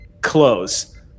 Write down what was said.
close